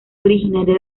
originaria